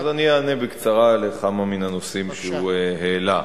אני אענה בקצרה על כמה מהנושאים שהוא העלה.